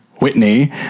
Whitney